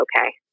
okay